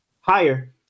higher